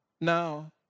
Now